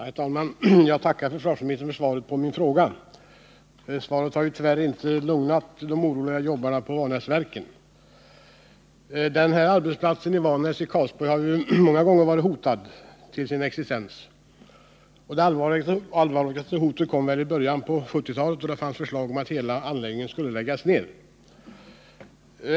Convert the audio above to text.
Herr talman! Jag tackar försvarsministern för svaret på min fråga. Svaret kan ju tyvärr inte lugna de oroliga jobbarna vid Vanäsverken. Den här arbetsplatsen i Karlsborg har många gånger varit hotad till sin existens, och det allvarligaste hotet kom väl i början på 1970-talet, då det fanns förslag om att hela anläggningen skulle läggas ner.